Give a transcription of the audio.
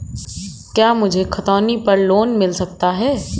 क्या मुझे खतौनी पर लोन मिल सकता है?